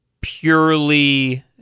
purely